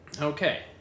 Okay